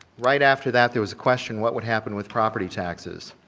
right after that, there was a question, what would happen with property taxes.